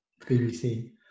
BBC